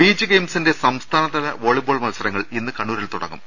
beach ഗെയിംസിന്റെ സംസ്ഥാനതല volleyball മത്സരങ്ങൾ ഇന്ന് കണ്ണൂരിൽ തുടങ്ങും